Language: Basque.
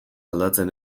aldatzen